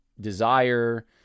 desire